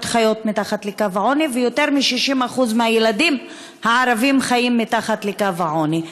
חיות מתחת לקו העוני ויותר מ-60% מהילדים הערבים חיים מתחת לקו העוני.